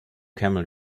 camel